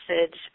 message